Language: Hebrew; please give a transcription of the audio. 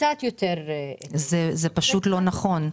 זה פשוט לא נכון.